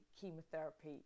chemotherapy